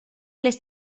les